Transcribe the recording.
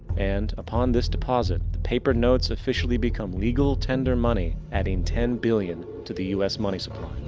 and, upon this deposit the paper notes officially become legal tender money. adding ten billion to the us money supply.